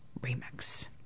remix